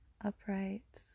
upright